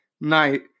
Night